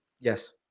Yes